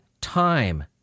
Time